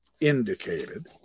indicated